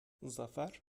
zafer